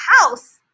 house